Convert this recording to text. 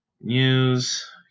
News